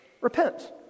Repent